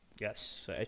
Yes